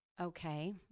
Okay